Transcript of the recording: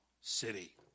city